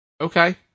Okay